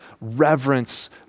reverence